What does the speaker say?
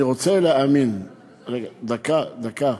אני רוצה להאמין, רגע, דקה, דקה.